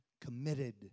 committed